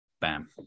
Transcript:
Bam